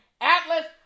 atlas